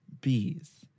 bees